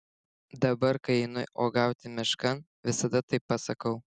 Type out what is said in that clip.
dabar kai einu uogauti miškan visada taip pasakau